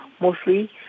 mostly